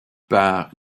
par